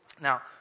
Now